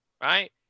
right